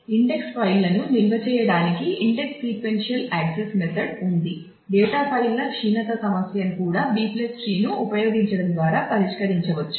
index ఫైళ్ళ కూడా B tree ను ఉపయోగించడం ద్వారా పరిష్కరించవచ్చు